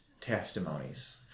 testimonies